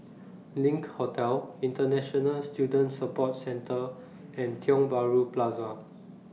LINK Hotel International Student Support Centre and Tiong Bahru Plaza